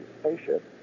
spaceship